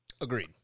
Agreed